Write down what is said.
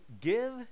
Give